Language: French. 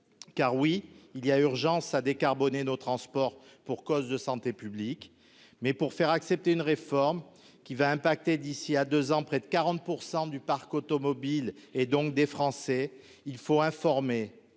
car oui, il y a urgence à décarboner nos transports pour cause de santé publique, mais pour faire accepter une réforme qui va impacter d'ici à 2 ans près de 40 % du parc automobile et donc des Français, il faut informer,